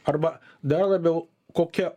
arba dar labiau kokia